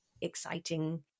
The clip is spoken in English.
exciting